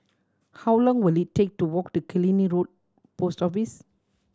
how long will it take to walk to Killiney Road Post Office